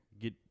Get